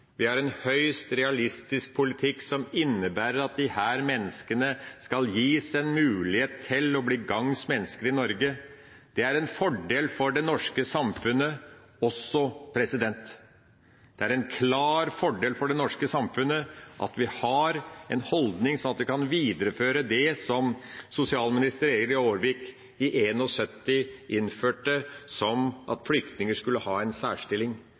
De har en høyst realistisk politikk som innebærer at disse menneskene skal gis en mulighet til å bli gagns mennesker i Norge. Det er en fordel for det norske samfunnet også. Det er en klar fordel for det norske samfunnet at vi har en holdning sånn at vi kan videreføre det som sosialminister Egil Aarvik i 1971 innførte om at flyktninger skulle ha en særstilling.